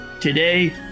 today